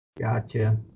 Gotcha